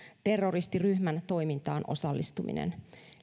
terroristiryhmän toimintaan osallistuminen